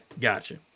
gotcha